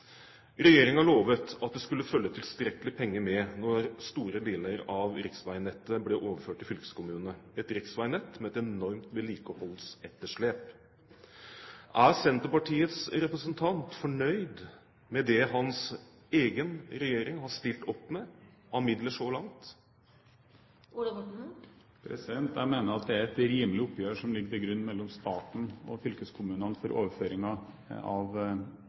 lovet at det skulle følge tilstrekkelig penger med, når store deler av riksveinettet ble overført til fylkeskommunene – et riksveinett med et enormt vedlikeholdsetterslep. Er Senterpartiets representant fornøyd med det hans egen regjering har stilt opp med av midler så langt? Jeg mener at det er et rimelig oppgjør som ligger til grunn mellom staten og fylkeskommunene for overføringen av